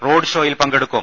road ഷോയിൽ പങ്കെടുക്കും